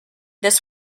this